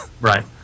Right